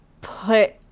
put